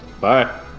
Bye